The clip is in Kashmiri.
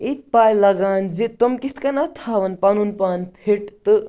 یِتہِ پَے لَگان زِ تِم کِتھ کٔنَتھ تھاوَن پَنُن پان فِٹ تہٕ